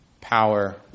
power